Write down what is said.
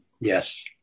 Yes